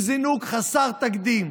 זינוק חסר תקדים